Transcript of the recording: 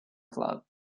club